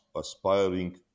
aspiring